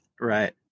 Right